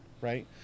right